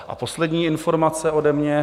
A poslední informace ode mě.